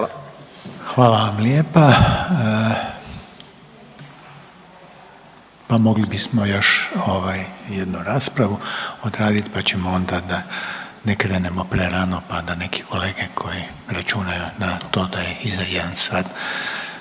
Hvala vam lijepa.